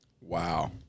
Wow